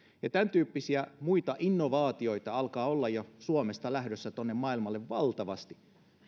tämäntyyppisiä muita innovaatioita alkaa olla jo suomesta lähdössä tuonne maailmalle valtavasti